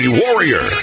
warrior